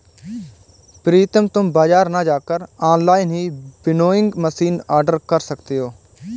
प्रितम तुम बाजार ना जाकर ऑनलाइन ही विनोइंग मशीन ऑर्डर कर सकते हो